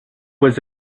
was